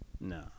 No